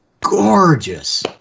gorgeous